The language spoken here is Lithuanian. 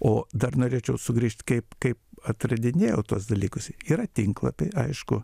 o dar norėčiau sugrįžt kaip kaip atradinėjau tuos dalykus yra tinklapiai aišku